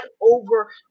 over